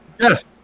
Yes